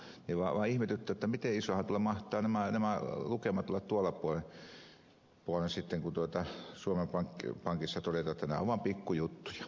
minua vain ihmetyttää miten isoja mahtavat nämä lukemat olla tuolla puolen sitten kun suomen pankissa todetaan että nämä ovat vain pikkujuttuja